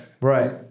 right